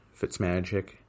Fitzmagic